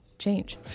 change